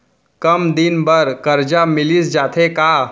कम दिन बर करजा मिलिस जाथे का?